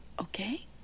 Okay